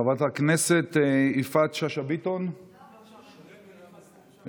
חברת הכנסת יפעת שאשא ביטון, התחלפו.